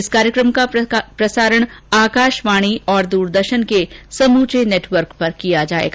इस कार्यक्रम का प्रसारण आकाशवाणी और दुरदर्शन के समुचे नेटवर्क पर किया जाएगा